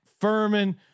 Furman